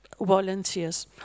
volunteers